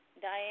Diane